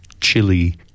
chili